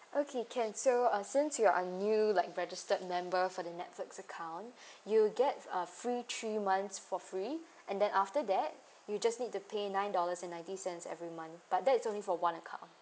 okay can so uh since you're new like registered member for the netflix account you'll get a free three months for free and then after that you just need to pay nine dollars and ninety cents every month but that is only for one account